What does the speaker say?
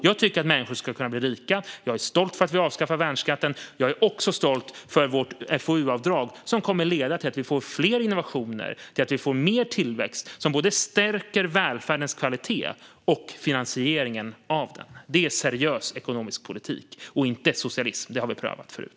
Jag tycker att människor ska kunna bli rika, jag är stolt över att vi har avskaffat värnskatten och jag är också stolt över vårt FoU-avdrag, som kommer att leda till att vi får fler innovationer och mer tillväxt som stärker både välfärdens kvalitet och finansieringen av den. Det är seriös ekonomisk politik och inte socialism, som vi har prövat förut.